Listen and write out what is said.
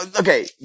okay